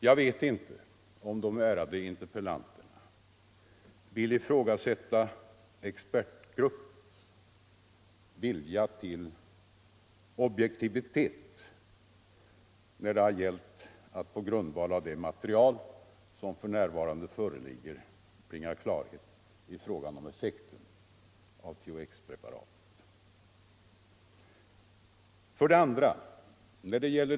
Jag vet inte om de ärade interpellanterna vill ifrågasätta expertgruppens vilja till objektivitet när det har gällt att på grundval av föreliggande material bringa klarhet i fråga om effekten av THX-preparatet. 2.